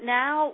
now